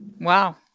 Wow